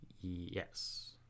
Yes